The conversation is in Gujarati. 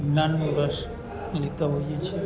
જ્ઞાનનું રસ લેતા હોઈએ છીએ